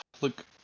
Look